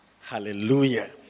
Hallelujah